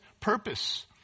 purpose